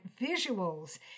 visuals